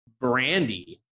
Brandy